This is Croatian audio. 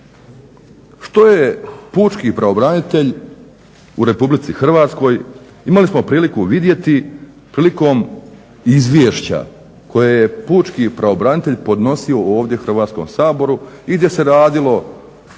Što je pučki pravobranitelj u RH? Imali smo priliku vidjeti prilikom izvješća koje je pučki pravobranitelj podnosio ovdje Hrvatskom saboru i gdje se radilo koliko